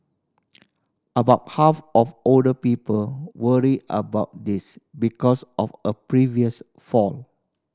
about half of older people worry about this because of a previous fall